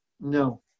No